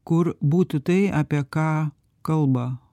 kur būtų tai apie ką kalba